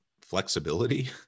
flexibility